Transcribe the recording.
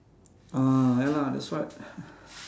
ah ya lah that's why